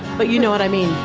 but you know what i mean